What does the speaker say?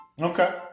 okay